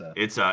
it's